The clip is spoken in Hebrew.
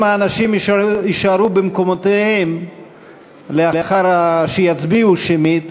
אם האנשים יישארו במקומותיהם לאחר שיצביעו שמית,